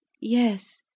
yes